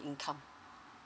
income